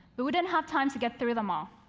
but we didn't have time to get through them all.